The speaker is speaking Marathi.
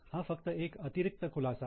हा फक्त एक अतिरिक्त खुलासा आहे